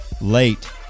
late